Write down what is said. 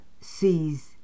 sees